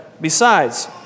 Besides